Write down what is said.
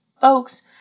folks